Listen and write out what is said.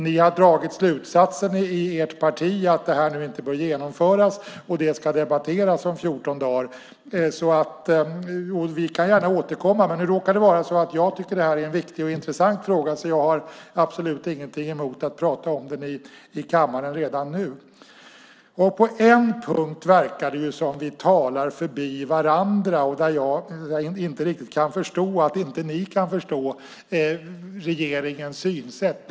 Ni har dragit slutsatsen i ert parti att det här inte bör genomföras, och det ska debatteras om 14 dagar. Vi kan gärna återkomma, men nu råkar det vara så att jag tycker att det här är en viktig och intressant fråga. Jag har absolut inget emot att prata om den i kammaren redan nu. På en punkt verkar det som om vi talar förbi varandra. Jag kan inte riktigt förstå att inte ni kan förstå regeringens synsätt.